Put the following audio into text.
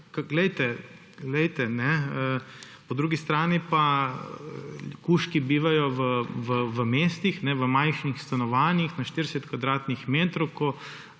Glejte, po drugi strani pa kužki bivajo v mestih v majhnih stanovanjih na 40 kvadratnih metrih, ko